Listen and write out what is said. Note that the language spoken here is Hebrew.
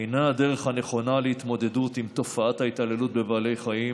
אינה הדרך הנכונה להתמודדות עם תופעת ההתעללות בבעלי חיים,